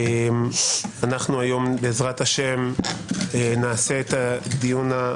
אנחנו היום בעזרת השם נעשה את הדיון האחרון.